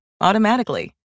automatically